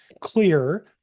clear